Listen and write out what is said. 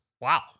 Wow